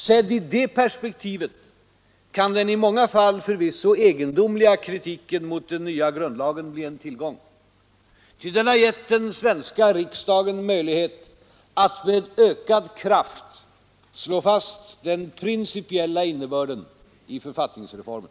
Sedd i det perspektivet kan den i många fall förvisso egendomliga kritiken mot den nya grundlagen bli en tillgång. Ty den har gett den svenska riksdagen möjlighet att med ökad kraft slå fast den principiella innebörden i författningsreformen.